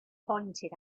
pointed